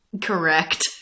correct